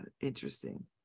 interesting